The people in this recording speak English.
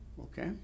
Okay